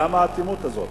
למה האטימות הזאת?